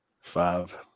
Five